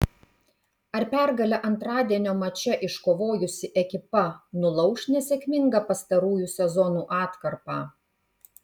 ar pergalę antradienio mače iškovojusi ekipa nulauš nesėkmingą pastarųjų sezonų atkarpą